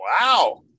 Wow